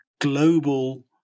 global